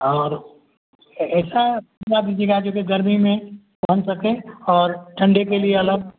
और ऐसा दीजिएगा जो कि गर्मी में पहन सकें और ठंडी के लिए अलग